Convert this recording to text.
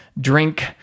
drink